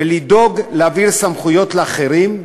ולדאוג להעביר סמכויות לאחרים,